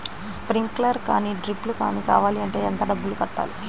Sprinkler కానీ డ్రిప్లు కాని కావాలి అంటే ఎంత డబ్బులు కట్టాలి?